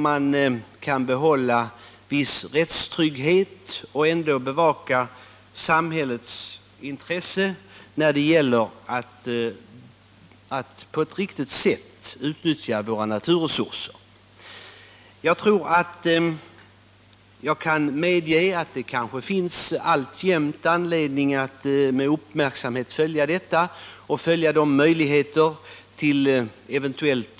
Man vill behålla rättstryggheten och ändå bevaka samhällets intresse av att på ett riktigt sätt utnyttja våra naturresurser. Jag kan medge att det kanske alltjämt finns anledning att uppmärksamt följa utvecklingen och se om en